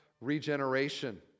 regeneration